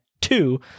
two